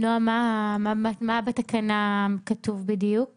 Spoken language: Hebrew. נעה, מה כתוב בדיוק בתקנה?